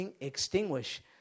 extinguish